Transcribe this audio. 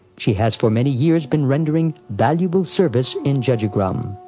she has for many years been rendering valuable service in jajigram.